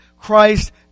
Christ